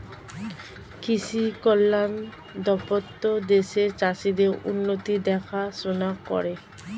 কৃষি কল্যাণ দপ্তর দেশের চাষীদের উন্নতির দেখাশোনা করে